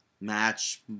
Match